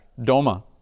DOMA